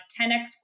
10x